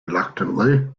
reluctantly